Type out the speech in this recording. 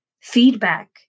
Feedback